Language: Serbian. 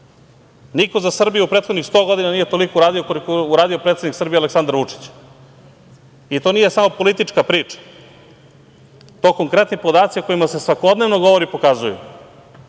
za Srbiju u prethodnih sto godina nije toliko uradio koliko je uradio predsednik Srbije, Aleksandar Vučić. To nije samo politička priča, to konkretni podaci o kojima se svakodnevno govori pokazuju. Kažite